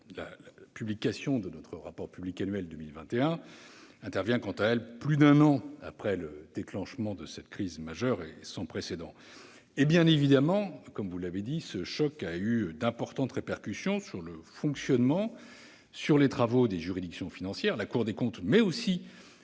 La publication de notre rapport public annuel 2021 intervient, quant à elle, plus d'un an après le déclenchement de cette crise majeure et sans précédent. Bien évidemment, ce choc a eu d'importantes répercussions sur le fonctionnement et les travaux des juridictions financières- la Cour des comptes, mais aussi